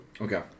Okay